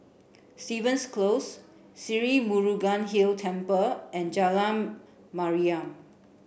Stevens Close Sri Murugan Hill Temple and Jalan Mariam